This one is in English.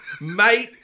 Mate